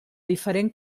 diferent